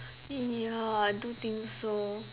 ya I do think so